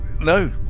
No